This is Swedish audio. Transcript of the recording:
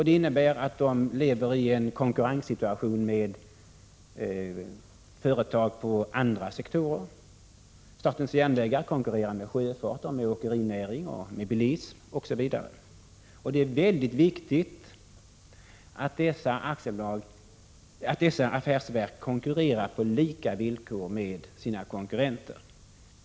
Det innebär att de lever i en konkurrenssituation med företag inom andra sektorer. Statens järnvägar konkurrerar med sjöfart, åkerinäring, bilism osv. Det är väldigt viktigt att dessa affärsverk konkurrerar på lika villkor med sina konkurrenter.